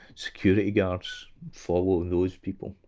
security guards follow those people,